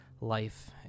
life